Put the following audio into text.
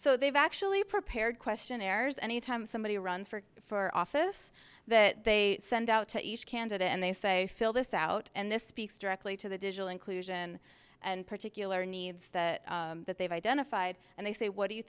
so they've actually prepared questionnaires anytime somebody runs for for office that they send out to each candidate and they say fill this out and this speaks directly to the digital inclusion and particular needs that that they've identified and they say what do you